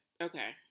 okay